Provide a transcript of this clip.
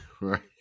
right